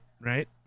right